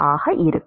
ஆக இருக்கும்